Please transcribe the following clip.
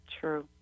True